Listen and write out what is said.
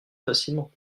facilement